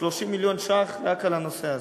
30 מיליון ש"ח רק על הנושא הזה.